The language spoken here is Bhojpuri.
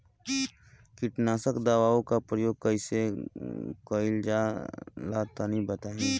कीटनाशक दवाओं का प्रयोग कईसे कइल जा ला तनि बताई?